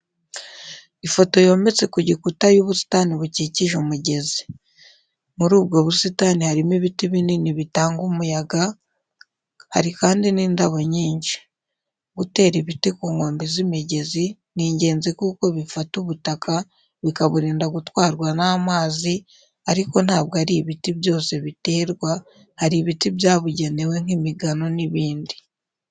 Ifoto yometse ku gikuta y'ubusitani bukikije umugezi. Muri ubwo busitani harimo ibiti binini bitanga umuyaga, hari kandi n'indabo nyinshi. Gutera ibiti ku nkombe z'imigezi ni ingenzi kuko bifata ubutaka, bikaburinda gutwarwa n'amazi, ariko ntabwo ari ibiti byose biterwa, hari ibiti byabugenewe nk'imigano n'ibindi.